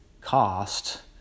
cost